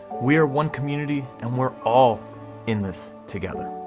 we are one community and we're all in this together.